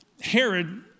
Herod